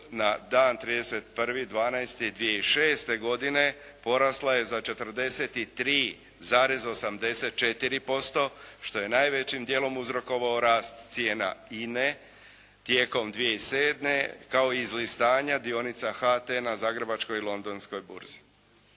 na dan 31.12.2006. godine porasla je za 43,84% što je najvećim dijelom uzrokovao rast cijena Ine tijekom 2007. kao i iz stanja dionica HT na Zagrebačkoj i Londonskoj burzi.